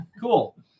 cool